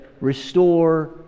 restore